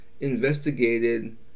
investigated